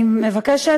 אני מבקשת,